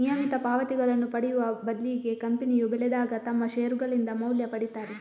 ನಿಯಮಿತ ಪಾವತಿಗಳನ್ನ ಪಡೆಯುವ ಬದ್ಲಿಗೆ ಕಂಪನಿಯು ಬೆಳೆದಾಗ ತಮ್ಮ ಷೇರುಗಳಿಂದ ಮೌಲ್ಯ ಪಡೀತಾರೆ